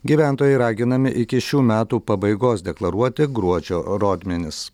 gyventojai raginami iki šių metų pabaigos deklaruoti gruodžio rodmenis